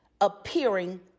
appearing